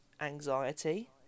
anxiety